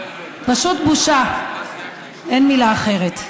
פשוט בושה, אין מילה אחרת.